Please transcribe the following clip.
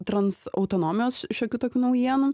trans autonomijos šiokių tokių naujienų